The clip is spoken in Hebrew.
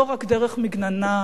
לא רק דרך מגננה,